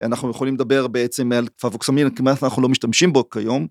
אנחנו יכולים לדבר בעצם על fluvoxamine כמעט אנחנו לא משתמשים בו כיום.